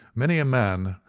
many a man,